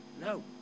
No